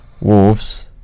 Wolves